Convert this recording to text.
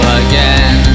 again